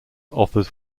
offers